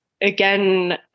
Again